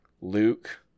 Luke